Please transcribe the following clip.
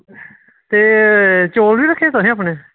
ते चौल बी रक्खे दे तुसें अपने